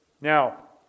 Now